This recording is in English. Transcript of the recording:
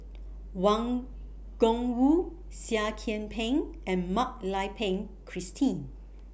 Wang Gungwu Seah Kian Peng and Mak Lai Peng Christine